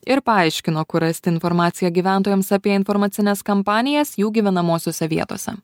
ir paaiškino kur rasti informaciją gyventojams apie informacines kampanijas jų gyvenamosiose vietose